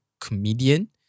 comedian